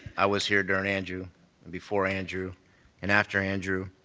i was here during andrew and before andrew and after andrew,